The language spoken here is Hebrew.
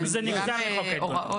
אבל זה נגזר מחוק ההתגוננות.